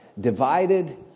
Divided